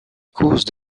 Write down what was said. cause